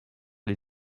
les